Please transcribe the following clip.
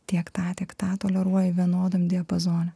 tiek tą tiek tą toleruoji vienodam diapazone